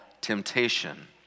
temptation